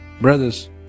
Brothers